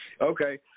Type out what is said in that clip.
Okay